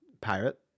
pirate